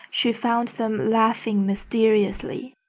she found them laughing mysteriously.